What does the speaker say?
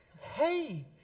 hey